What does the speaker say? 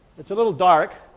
it's a little dark.